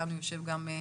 יושב איתנו איציק אור,